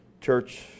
church